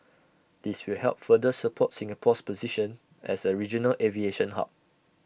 this will help further support Singapore's position as A regional aviation hub